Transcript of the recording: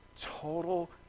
total